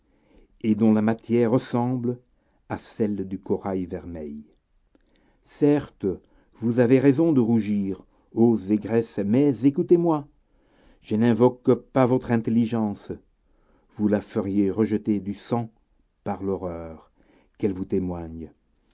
et dont la matière ressemble à celle du corail vermeil certes vous avez raison de rougir os et graisse mais écoutez-moi je n'invoque pas votre intelligence vous la feriez rejeter du sang par l'horreur qu'elle vous témoigne